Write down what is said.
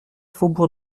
faubourg